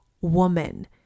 woman